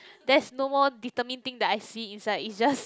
there's no more determined thing that I see inside is just